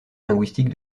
linguistique